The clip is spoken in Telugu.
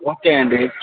ఓకే అండి